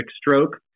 stroke